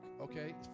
okay